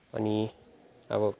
अनि अब